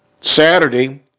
Saturday